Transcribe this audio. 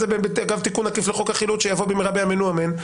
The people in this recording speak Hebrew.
זה בתיקון עקיף לחוק החילוט שיבוא במהרה בימינו אמן.